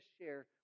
share